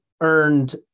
earned